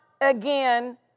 again